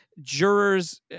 jurors